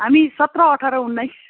हामी सत्र अठार उन्नाइस